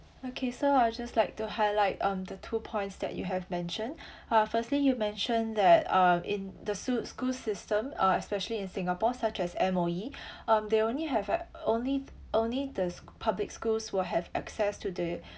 okay so I'll just like to highlight um the two points that you have mentioned uh firstly you mention that uh in the scoo~ school system uh especially in singapore such as M_O_E um they only have a~ only only the sc~ public schools will have access to the